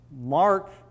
Mark